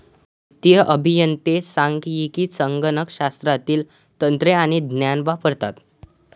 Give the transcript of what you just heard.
वित्तीय अभियंते सांख्यिकी, संगणक शास्त्रातील तंत्रे आणि ज्ञान वापरतात